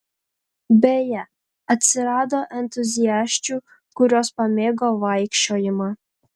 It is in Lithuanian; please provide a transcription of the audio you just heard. beje atsirado entuziasčių kurios pamėgo vaikščiojimą